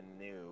new